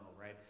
right